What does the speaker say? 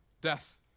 death